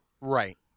Right